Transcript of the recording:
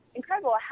incredible